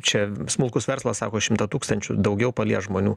čia smulkus verslas sako šimtą tūkstančių daugiau palies žmonių